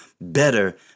better